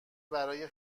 برا